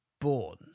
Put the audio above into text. born